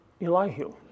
Elihu